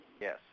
Yes